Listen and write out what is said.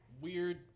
weird